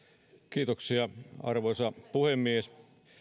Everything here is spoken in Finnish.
kiitoksia arvoisa puhemies